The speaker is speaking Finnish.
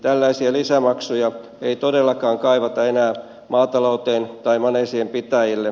tällaisia lisämaksuja ei todellakaan kaivata enää maatalouteen tai maneesien pitäjille